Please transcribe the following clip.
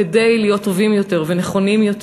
כדי להיות טובים יותר ונכונים יותר.